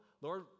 Lord